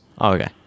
Okay